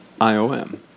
IOM